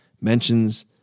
mentions